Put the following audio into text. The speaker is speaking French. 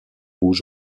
rouge